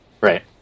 Right